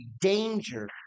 danger